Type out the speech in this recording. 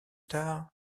tard